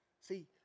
See